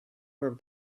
were